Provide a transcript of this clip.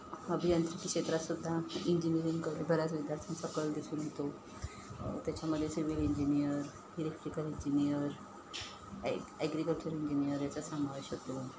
अभियांत्रिकी क्षेत्रातसुद्धा इंजिनिअरिंग करून बऱ्याच विद्यार्थीचा कल दिसून येतो त्याच्यामदे सिव्हिल इंजिनिअर इलेक्ट्रिकल इंजिनियर एग् ॲग्रीकल्चर इंजिनिअर याचा समावेश होतो